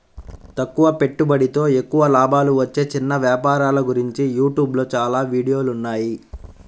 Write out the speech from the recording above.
తక్కువ పెట్టుబడితో ఎక్కువ లాభాలు వచ్చే చిన్న వ్యాపారాల గురించి యూట్యూబ్ లో చాలా వీడియోలున్నాయి